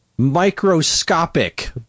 microscopic